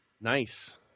Nice